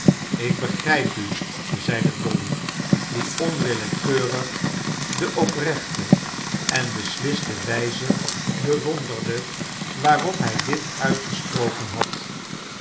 ik begrijp u zeide dolly die onwillekeurig de oprechte en besliste wijze bewonderde waarop hij dit uitgesproken had